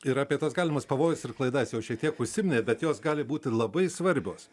ir apie tas galimus pavojus ir klaidas jau šiek tiek užsiminė bet jos gali būti labai svarbios